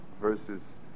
versus